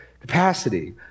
capacity